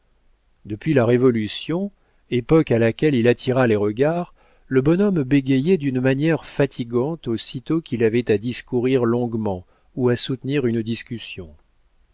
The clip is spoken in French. depuis la révolution époque à laquelle il attira les regards le bonhomme bégayait d'une manière fatigante aussitôt qu'il avait à discourir longuement ou à soutenir une discussion